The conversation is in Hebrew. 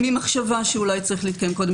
היא מגיעה ממחשבה שאולי צריך להתקיים קודם